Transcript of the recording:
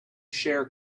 share